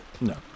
No